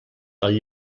del